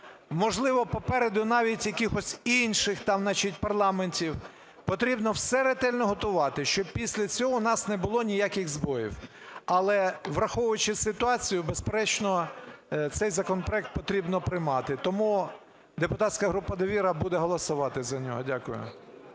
можливо, попереду навіть якихось інших, там, значить, парламентів. Потрібно все ретельно готувати, щоб після цього в нас не було ніяких збоїв. Але, враховуючи ситуацію, безперечно, цей законопроект потрібно приймати, тому депутатська група "Довіра" буде голосувати за нього. Дякую.